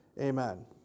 Amen